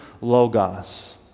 logos